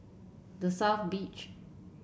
The South Beach